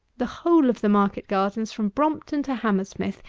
the whole of the market gardens from brompton to hammersmith,